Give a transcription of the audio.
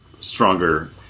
stronger